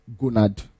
gonad